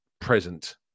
present